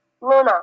Luna